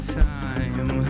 time